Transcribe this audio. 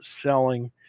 selling